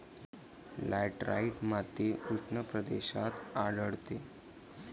laterite माती उष्ण प्रदेशात आढळते